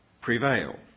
prevail